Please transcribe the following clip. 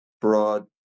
broad